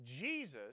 Jesus